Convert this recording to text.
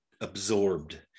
absorbed